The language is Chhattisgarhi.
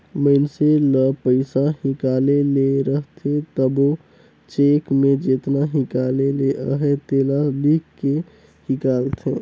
मइनसे ल पइसा हिंकाले ले रहथे तबो चेक में जेतना हिंकाले ले अहे तेला लिख के हिंकालथे